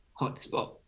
hotspot